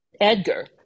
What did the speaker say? Edgar